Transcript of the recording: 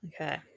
okay